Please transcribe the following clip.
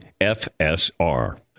FSR